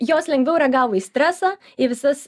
jos lengviau reagavo į stresą į visas